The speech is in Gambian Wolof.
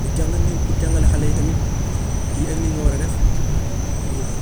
Pour jàng ñëw pour jàngale xale yi tamit lii ak lii nga war a def loolu la.